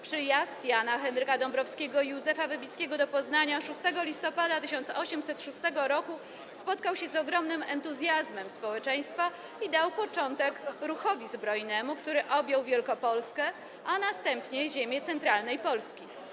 Przyjazd Jana Henryka Dąbrowskiego i Józefa Wybickiego do Poznania 6 listopada 1806 r. spotkał się z ogromnym entuzjazmem społeczeństwa i dał początek ruchowi zbrojnemu, który objął Wielkopolskę, a następnie ziemie centralnej Polski.